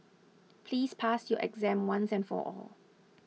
please pass your exam once and for all